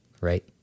right